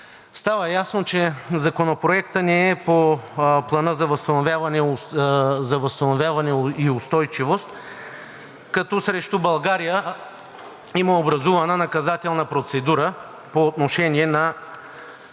става ясно, че Законопроектът не е по Плана за възстановяване и устойчивост, като срещу България има образувана наказателна процедура по отношение на